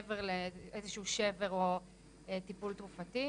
מעבר לאיזשהו שבר או טיפול תרופתי,